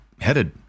headed